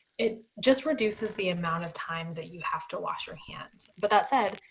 it just reduces the amount of times that you have to wash your hands. but that said,